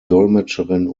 dolmetscherin